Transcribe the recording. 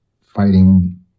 fighting